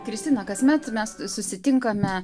kristina kasmet mes susitinkame